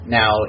now